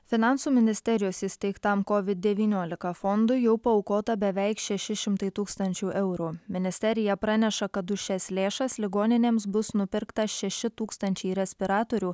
finansų ministerijos įsteigtam covid devyniolika fondui jau paaukota beveik šeši šimtai tūkstančių eurų ministerija praneša kad už šias lėšas ligoninėms bus nupirkta šeši tūkstančiai respiratorių